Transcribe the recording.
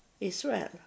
Israel